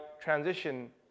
transition